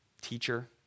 teacher